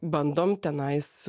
bandom tenais